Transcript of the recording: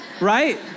right